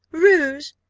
rouge!